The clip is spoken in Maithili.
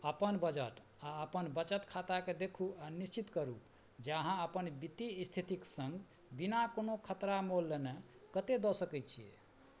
अपन बजट आओर अपन बचत खाताके देखू आओर निश्चित करू जे अहाँ अपन वित्ति स्थितिक सङ्ग बिना कोनो खतरा मोल लेने कते दऽ सकय छियै